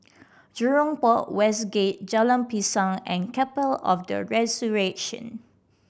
Jurong Port West Gate Jalan Pisang and Chapel of the Resurrection